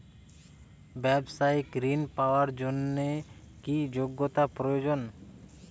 ব্যবসায়িক ঋণ পাওয়ার জন্যে কি যোগ্যতা প্রয়োজন?